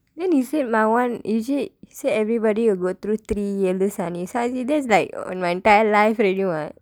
then he said my [one] is it said everybody will three ஏழு சனி:eezhu sani that's like on my entire life already [what]